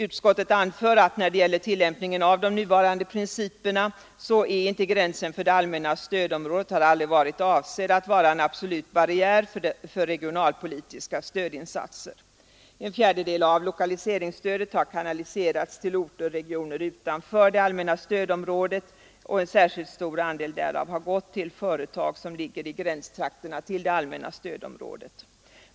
Utskottet anför att när det gäller tillämpningen av de nuvarande principerna är inte gränsen för det allmänna stödområdet och har aldrig varit avsedd att vara en absolut barriär för regionalpolitiska stödinsatser. En fjärdedel av lokaliserings stödet har kanaliserats till orter och regioner utanför det allmänna stödområdet. En särskilt stor andel därav har gått till företag som ligger i gränstrakterna till det allmänna stödområdet.